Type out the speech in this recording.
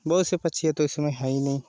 बहुत से पक्षियाँ तो उसमें है ही नहीं